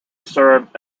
served